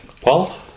Paul